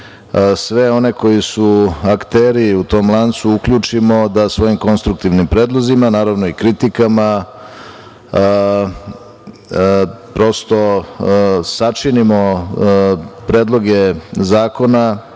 sve one koji su akteri u tom lancu uključimo da svojim konstruktivnim predlozima, naravno i kritikama, prosto sačinimo predloge zakona